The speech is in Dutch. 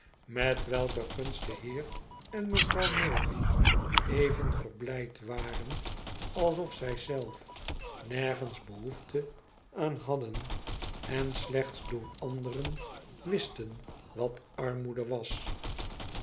met welke gunst de heer en mevrouw milvey even verblijd waren alsof zij zelf nergens behoefte aan haddenen slechts door anderen wisten wat armoede was